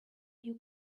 you